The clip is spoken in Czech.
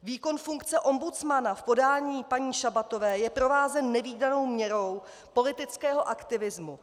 Výkon funkce ombudsmana v podání paní Šabatové je provázen nevídanou měrou politického aktivismu.